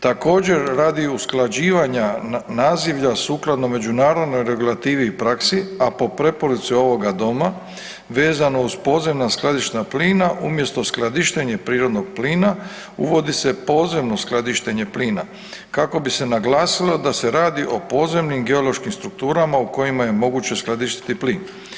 Također radi usklađivanja nazivlja sukladno međunarodnoj regulativi i praksi, a po preporuci ovoga Doma vezano uz podzemna skladištenja plina umjesto skladištenje prirodnog plina uvodi se podzemno skladištenje plina kako bi se naglasilo da se radi o podzemnim geološkim strukturama u kojima je moguće skladištiti plin.